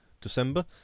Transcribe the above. December